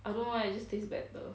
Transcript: I don't know eh it just tastes better